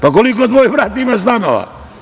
Pa, koliko tvoj brat ima stanova?